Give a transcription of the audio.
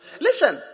Listen